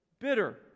bitter